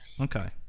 okay